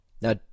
Now